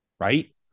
right